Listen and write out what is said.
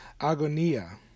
agonia